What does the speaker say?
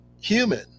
human